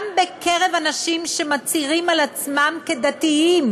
גם בקרב אנשים שמצהירים על עצמם כדתיים